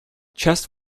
chest